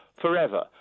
forever